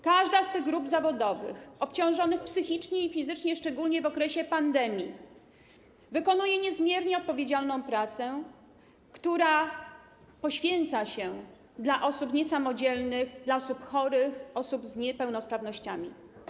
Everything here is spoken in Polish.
Każda z tych grup zawodowych, obciążonych psychicznie i fizycznie szczególnie w okresie pandemii, wykonuje niezmiernie odpowiedzialną pracę, poświęca się dla osób niesamodzielnych, dla osób chorych, osób z niepełnosprawnościami.